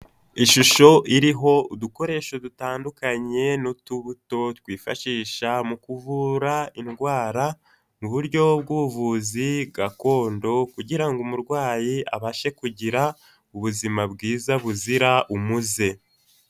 Ishusho iriho udukoresho dutandukanye n'utubuto twifashisha mu kuvura indwara mu buryo bw'ubuvuzi gakondo kugira ngo umurwayi abashe kugira ubuzima bwiza buzira umuze.